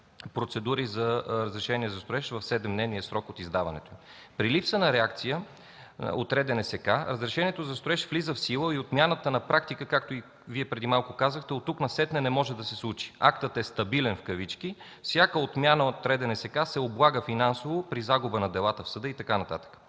процедури за разрешение за строеж в 7-дневния срок от издаването. При липса на реакция от РДНСК разрешението за строеж влиза в сила и отмяната на практика, както и Вие преди малко казахте, оттук насетне не може да се случи. Актът е „стабилен”, всяка отмяна от РДНСК се облага финансово при загуба на делата в съда и така нататък.